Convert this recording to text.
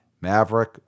Maverick